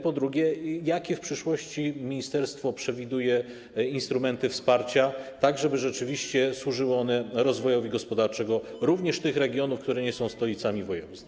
Po drugie, jakie w przyszłości ministerstwo przewiduje instrumenty wsparcia, tak żeby rzeczywiście służyły one rozwojowi gospodarczemu również tych regionów, które nie są stolicami województw?